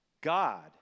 God